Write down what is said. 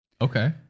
okay